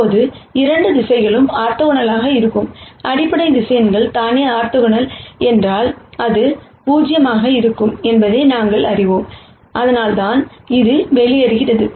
இப்போது இந்த 2 திசைகளும் ஆர்த்தோகனலாக இருந்தால் அடிப்படை வெக்டார் ஆர்த்தோகனல் என்றால் இது 0 ஆக இருக்கும் என்பதை நாம் அறிவோம் அதனால்தான் இது வெளியேறுகிறது